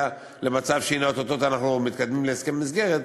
למצב שהנה או-טו-טו אנחנו מתקדמים להסכם מסגרת,